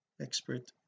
expert